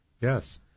Yes